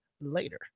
later